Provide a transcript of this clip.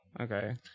Okay